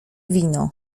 wino